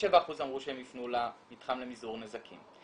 67% אמרו שהם יפנו למתחם למזעור נזקים.